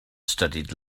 studied